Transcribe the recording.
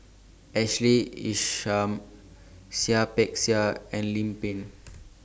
Ashley Isham Seah Peck Seah and Lim Pin